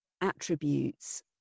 attributes